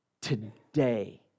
Today